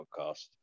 podcast